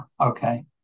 okay